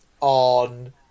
on